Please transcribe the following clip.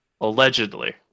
Allegedly